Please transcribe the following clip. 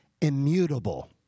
Immutable